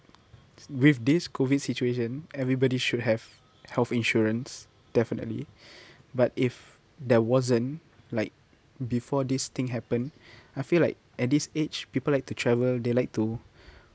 with this COVID situation everybody should have health insurance definitely but if there wasn't like before this thing happen I feel like at this age people like to travel they like to